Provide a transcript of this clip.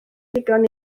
ddigon